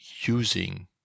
using